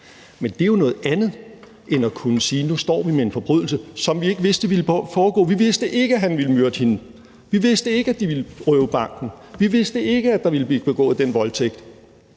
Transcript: Men det er jo noget andet end at kunne sige, at vi står med en forbrydelse, som vi ikke vidste ville foregå – vi vidste ikke, at han ville myrde hende, vi vidste ikke, at de ville røve banken, vi vidste ikke, at der ville blive begået den voldtægt,